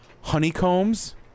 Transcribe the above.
Honeycombs